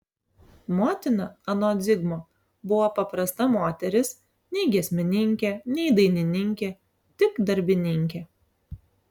motina anot zigmo buvo paprasta moteris nei giesmininkė nei dainininkė tik darbininkė